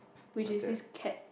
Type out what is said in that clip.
which is this cat